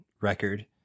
record